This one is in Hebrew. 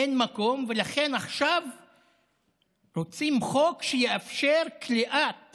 אין מקום, ולכן עכשיו רוצים חוק שיאפשר כליאת